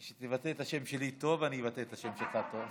כשתבטא את השם שלי טוב אני אבטא את השם שלך טוב.